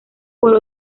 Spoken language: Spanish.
por